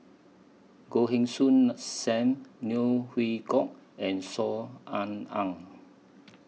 Goh Heng Soon SAM Neo Chwee Kok and Saw Ean Ang